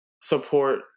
support